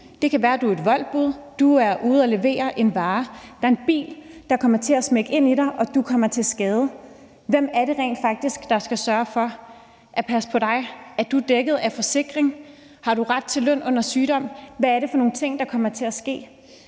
Det kan være, du er et woltbud. Du er ude at levere en vare. Der er en bil, der kommer til at smække ind i dig, og du kommer til skade. Hvem er det, der rent faktisk skal sørge for at passe på dig? Er du dækket af forsikring? Har du ret til løn under sygdom? Hvad er det for nogle ting, der kommer til at ske?